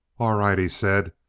all right, he said,